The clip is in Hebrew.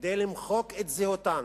כדי למחוק את זהותן,